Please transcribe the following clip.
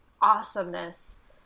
awesomeness